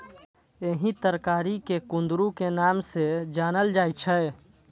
एहि तरकारी कें कुंदरू के नाम सं जानल जाइ छै